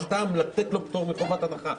אין טעם לתת לו פטור מחובת הנחה,